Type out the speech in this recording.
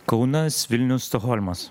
kaunas vilnius stokholmas